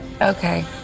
okay